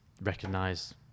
recognize